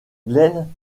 glenn